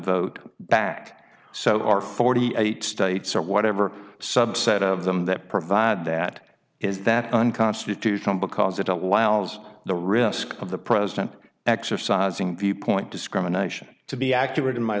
vote back so far forty eight states or whatever subset of them that provide that is that unconstitutional because it allows the risk of the president exercising viewpoint discrimination to be accurate in my